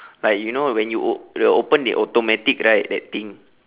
like you know when you o~ the open they automatic right that thing